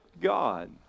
God